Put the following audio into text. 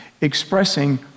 expressing